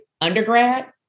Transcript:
undergrad